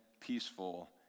peaceful